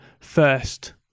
first